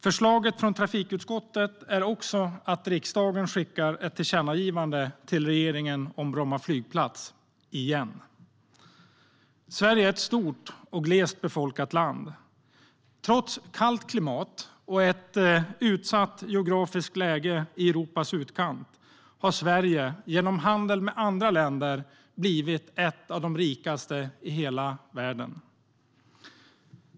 Förslaget från trafikutskottet är också att riksdagen ska skicka ett tillkännagivande till regeringen om Bromma flygplats - igen. Sverige är ett stort och glest befolkat land. Trots kallt klimat och ett utsatt geografiskt läge i Europas utkant har Sverige genom handel med andra länder blivit ett av de rikaste länderna i hela världen.